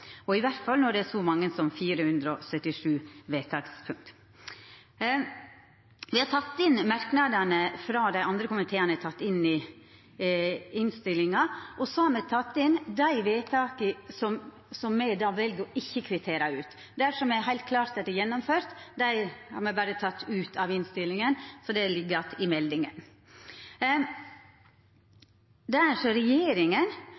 i alle fall når det er så mange som 477 vedtakspunkt. Me har teke inn merknadene frå dei andre komiteane i innstillinga, og så har me teke inn dei vedtaka som me vel ikkje å kvittera ut. Dei som heilt klart er gjennomførte, har me berre teke ut av innstillinga, for det ligg att i meldinga. Der regjeringa